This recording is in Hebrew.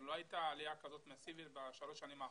לא הייתה עלייה כזאת מסיבית בשלוש השנים האחרונות,